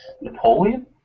Napoleon